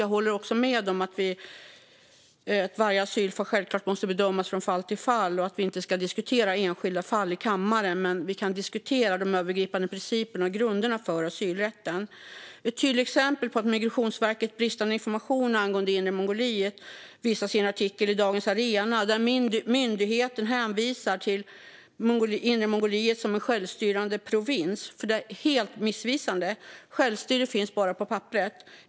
Jag håller också med om att varje asylfall självklart måste bedömas från fall till fall och att vi inte ska diskutera enskilda fall i kammaren, men vi kan diskutera de övergripande principerna och grunderna för asylrätten. Ett tydligt exempel på Migrationsverkets bristande information angående Inre Mongoliet visas i en artikel i Dagens Arena där myndigheten hänvisar till Inre Mongoliet som en självstyrande provins. Detta är helt missvisande - självstyre finns bara på papperet.